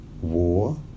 war